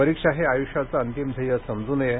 परीक्षा हे आयुष्याचं अंतिम ध्येय समजू नये